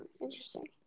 interesting